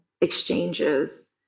exchanges